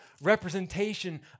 representation